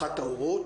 אחת ההורות,